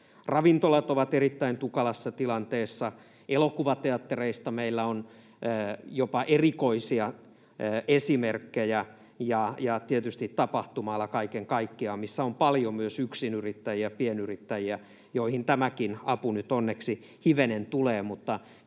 Ravintolat ovat erittäin tukalassa tilanteessa, elokuvateattereista meillä on jopa erikoisia esimerkkejä, ja tietysti on tapahtuma-ala kaiken kaikkiaan, missä on paljon myös yksinyrittäjiä, pienyrittäjiä, joihin tämäkin apu nyt onneksi hivenen tulee.